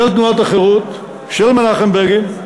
של תנועת החרות, של מנחם בגין,